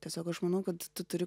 tiesiog aš manau kad tu turi